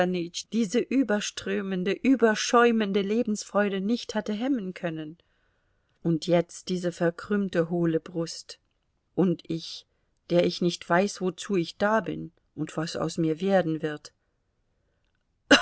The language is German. diese überströmende überschäumende lebensfreude nicht hatte hemmen können und jetzt diese verkrümmte hohle brust und ich der ich nicht weiß wozu ich da bin und was aus mir werden wird